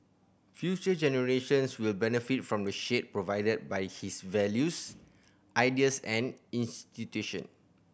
future generations will benefit from the shade provided by his values ideas and institution